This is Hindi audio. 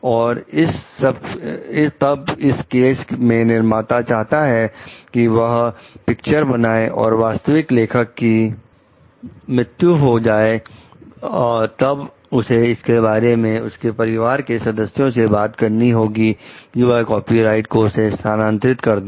और तब इस केस में निर्माता चाहता है कि वह एक पिक्चर बनाए और वास्तविक लेखक की मृत्यु हो जाए तब उसे इसके बारे में उसके परिवार के सदस्यों से बात करनी होगी कि वह कॉपीराइट को उसे स्थानांतरित कर दें